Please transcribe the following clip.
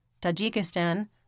Tajikistan